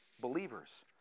believers